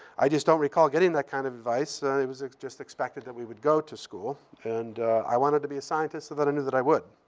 i just don't recall getting that kind of advice. i was just expected that we would go to school. and i wanted to be a scientist, so i knew that i would.